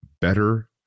better